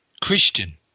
Christian